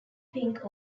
pink